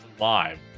live